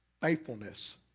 faithfulness